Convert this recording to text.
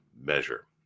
measure